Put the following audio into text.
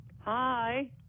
hi